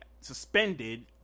suspended